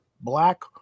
Black